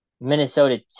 Minnesota